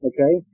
Okay